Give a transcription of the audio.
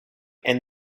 and